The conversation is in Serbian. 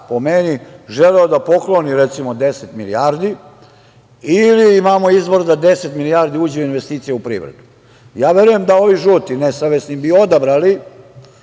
po meni, želeo da pokloni, recimo 10 milijardi, ili imamo izbor da 10 milijardi uđe u investicije u privredu. Ja verujem da bi ovi žuti, nesavesni, odabrali